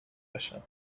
باشن